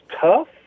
tough